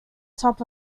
top